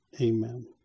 Amen